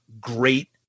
great